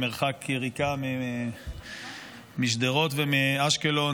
במרחק יריקה משדרות ומאשקלון,